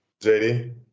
JD